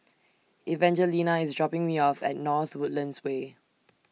Evangelina IS dropping Me off At North Woodlands Way